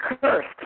cursed